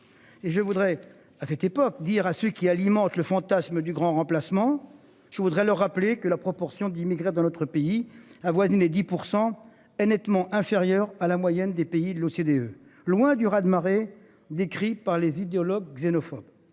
Et je voudrais à cette époque, dire à ceux qui alimente le fantasme du grand remplacement. Je voudrais leur rappeler que la proportion d'immigrés dans notre pays avoisinait 10% est nettement inférieur à la moyenne des pays de l'OCDE. Loin du raz de marée décrit par les idéologues xénophobe.